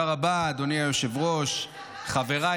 בבקשה,